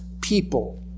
people